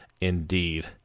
indeed